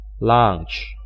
lunch